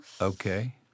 okay